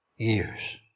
Years